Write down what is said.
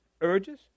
urges